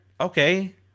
okay